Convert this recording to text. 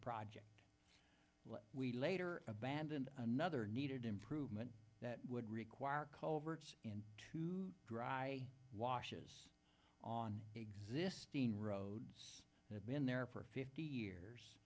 project we later abandoned another needed improvement that would require covert to dry washes on existing roads have been there for fifty years